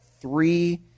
three